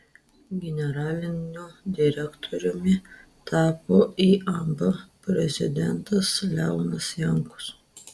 generaliniu direktoriumi tapo iab prezidentas leonas jankus